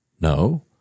No